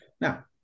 Now